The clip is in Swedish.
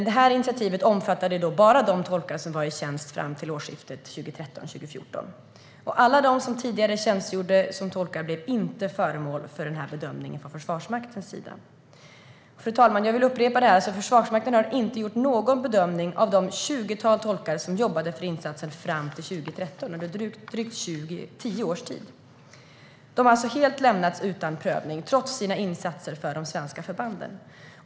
Detta initiativ omfattade dock bara de tolkar som var i tjänst fram till årsskiftet 2013/14. De som tidigare tjänstgjort som tolkar blev inte föremål för denna bedömning från Försvarsmaktens sida. Fru talman! Jag vill upprepa detta: Försvarsmakten har inte gjort någon bedömning av det tjugotal tolkar som jobbade för insatsen fram till 2013, under drygt tio års tid. De har lämnats helt utan prövning, trots sina insatser för de svenska förbanden.